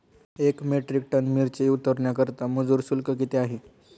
एक metric ton मिरची उतरवण्याकरता मजूर शुल्क किती आहे?